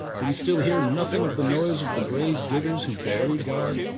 do we still hear nothing of the noise of the grave diggers who bury god?